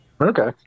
Okay